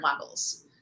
levels